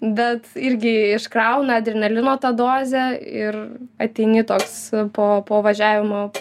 bet irgi iškrauna adrenalino tą dozę ir ateini toks po po važiavimo